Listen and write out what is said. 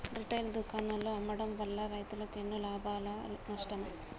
Retail దుకాణాల్లో అమ్మడం వల్ల రైతులకు ఎన్నో లాభమా నష్టమా?